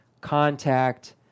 contact